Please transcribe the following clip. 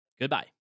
Goodbye